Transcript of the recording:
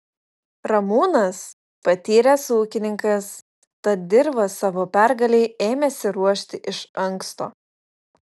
ramūnas patyręs ūkininkas tad dirvą savo pergalei ėmėsi ruošti iš anksto